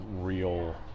real